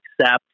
accept